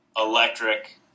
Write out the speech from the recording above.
electric